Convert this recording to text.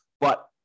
But-